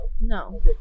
No